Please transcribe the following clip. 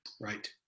right